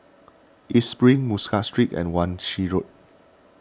East Spring Muscat Street and Wan Shih Road